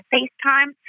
FaceTime